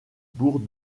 bourg